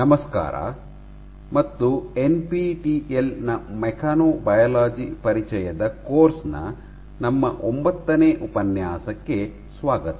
ನಮಸ್ಕಾರ ಮತ್ತು ಎನ್ಪಿಟಿಇಎಲ್ ನ ಮೆಕ್ಯಾನೊಬಯಾಲಜಿ ಪರಿಚಯದ ಕೋರ್ಸ್ ನ ನಮ್ಮ ಒಂಬತ್ತನೇ ಉಪನ್ಯಾಸಕ್ಕೆ ಸ್ವಾಗತ